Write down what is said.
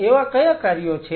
એવા કયા કાર્યો છે